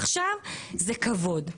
עכשיו זה כבוד.